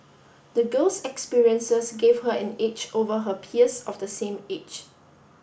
the girl's experiences gave her an edge over her peers of the same age